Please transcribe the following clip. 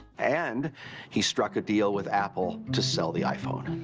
and he struck a deal with apple to sell the iphone.